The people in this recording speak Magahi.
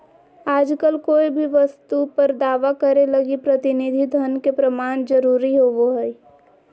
आजकल कोय भी वस्तु पर दावा करे लगी प्रतिनिधि धन के प्रमाण जरूरी होवो हय